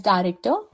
Director